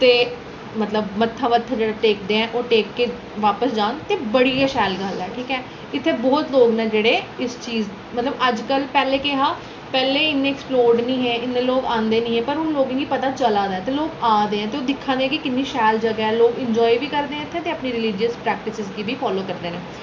ते मतलब मत्था वत्था जेह्ड़ा टेकदे आं ओह् टेक के बापस जान ते बड़ी गै शैल गल्ल ऐ ठीक ऐ इत्थै बहुत लोक न जेह्ड़े इस चीज मतलब अजकल पैह्लें केह् हा पैह्लें इन्ने ऐक्सप्लोरड नेईं हे इन्ने लोक औंदे नेईं हे पर हून लोक मिगी लगदा चलै दा ऐ ते लोक आ दे ओह् दिक्खै दे कि किन्नी शैल जगह् ऐ लोक इंजाय बी करदे इत्थै ते अपनी रिलिजियस प्रैक्टिस गी बी फालो करदे न